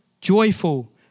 joyful